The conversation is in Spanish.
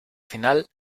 final